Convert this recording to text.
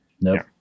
Nope